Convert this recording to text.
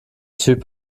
typ